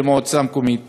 למועצה המקומית פקיעין.